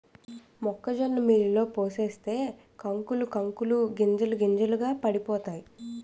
మొక్కజొన్న మిల్లులో పోసేస్తే కంకులకు కంకులు గింజలకు గింజలు పడిపోతాయి